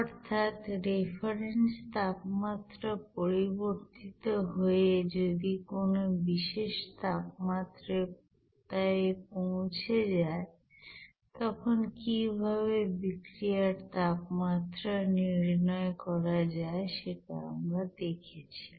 অর্থাৎ রেফারেন্স তাপমাত্রা পরিবর্তিত হয়ে যদি কোন বিশেষ তাপমাত্রাতে পৌঁছে যায় তখন কিভাবে বিক্রিয়ার তাপমাত্রা নির্ণয় করা যায় সেটা আমরা দেখিয়েছি